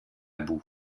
boue